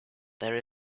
there